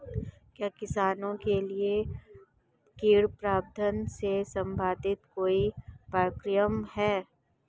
क्या किसानों के लिए कीट प्रबंधन से संबंधित कोई पाठ्यक्रम है?